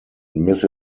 miss